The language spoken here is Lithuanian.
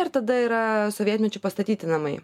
ir tada yra sovietmečiu pastatyti namai